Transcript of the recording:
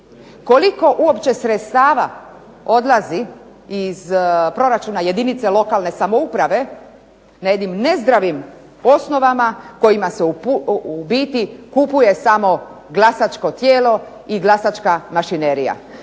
Koliko uopće sredstava odlazi iz proračuna jedinice lokalne samouprave na jednim nezdravim osnovama kojima se u biti kupuje samo glasačko tijelo i glasačka mašinerija.